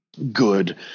good